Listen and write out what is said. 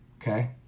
Okay